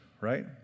right